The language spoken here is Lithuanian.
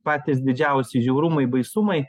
patys didžiausi žiaurumai baisumai